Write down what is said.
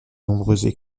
nombreuses